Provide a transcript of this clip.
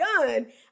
done